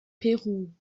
peru